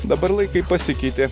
dabar laikai pasikeitė